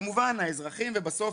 כמובן האזרחים ובסוף,